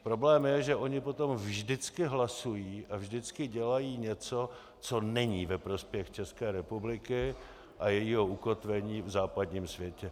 Problém je, že oni potom vždycky hlasují a vždycky dělají něco, co není ve prospěch České republiky a jejího ukotvení v západním světě.